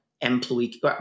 employee